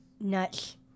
Nuts